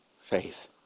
faith